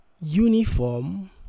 uniform